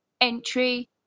entry